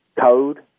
code